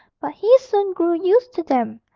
but he soon grew used to them,